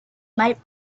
might